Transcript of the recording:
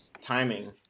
timing